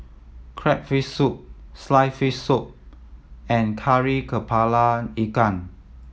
crab fish soup sliced fish soup and Kari Kepala Ikan